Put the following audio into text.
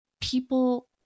People